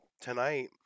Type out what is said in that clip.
tonight